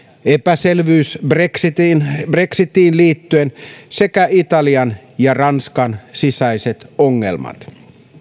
epäselvyys brexitiin brexitiin liittyen sekä italian ja ranskan sisäiset ongelmat